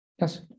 yes